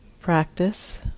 practice